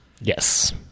Yes